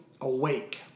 awake